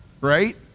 right